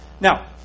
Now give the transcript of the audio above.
Now